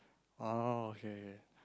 oh okay okay